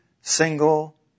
single